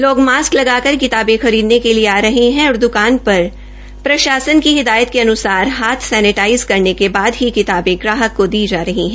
लोग मास्क लगाकर किताबें खरीदने के लिए आ रहे हैं और द्वकान पर प्रशासन की हिदायत के अनुसार हाथ सैनेटाईज करने के बाद ही किताबें ग्राहक को दी जा रही है